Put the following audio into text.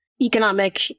economic